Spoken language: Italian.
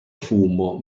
fumo